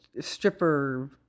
stripper